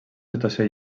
situació